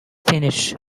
finish